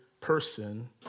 person